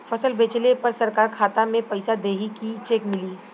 फसल बेंचले पर सरकार खाता में पैसा देही की चेक मिली?